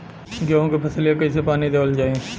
गेहूँक फसलिया कईसे पानी देवल जाई?